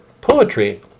poetry